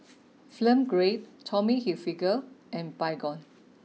Film Grade Tommy Hilfiger and Baygon